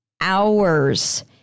hours